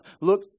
Look